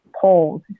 polls